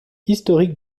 historique